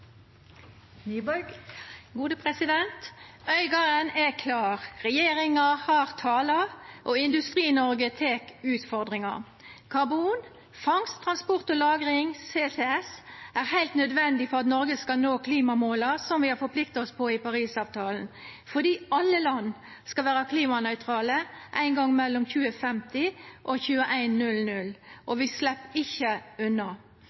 er klar, regjeringa har talt, og Industri-Noreg tek utfordringa: karbonfangst, -transport og -lagring, CCS, er heilt nødvendig for at Noreg skal nå klimamåla som vi har forplikta oss til i Parisavtalen. Alle land skal vera klimanøytrale ein gong mellom 2050 og